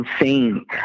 insane